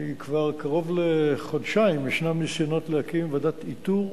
כבר קרוב לחודשיים ישנם ניסיונות להקים ועדת איתור